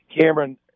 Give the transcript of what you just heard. Cameron